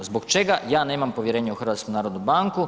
Zbog čega ja nema povjerenja u HNB?